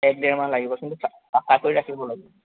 এক ডেৰমান লাগিব কিন্তু চাফা কৰি ৰাখিব লাগিব